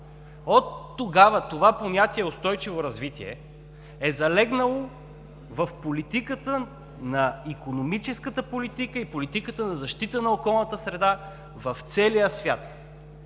Оттогава това понятие – „устойчиво развитие“, е залегнало в икономическата политика и политиката на защита на околната среда в целия свят.